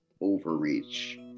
overreach